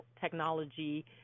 technology